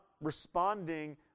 responding